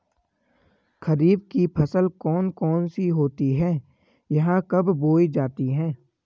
खरीफ की फसल कौन कौन सी होती हैं यह कब बोई जाती हैं?